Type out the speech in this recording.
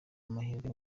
amahirwe